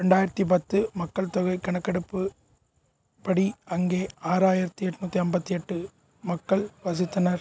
ரெண்டாயிரத்து பத்து மக்கள்தொகைக் கணக்கெடுப்புபடி அங்கே ஆறாயிரத்து எட்நூற்றி ஐம்பத்தி எட்டு மக்கள் வசித்தனர்